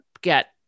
get